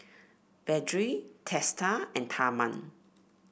Vedre Teesta and Tharman